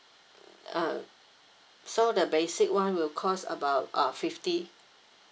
uh so the basic one will cost about uh fifty